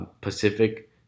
Pacific